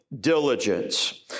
diligence